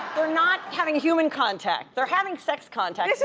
they're not having human contact, they're having sex contact.